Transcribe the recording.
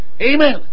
Amen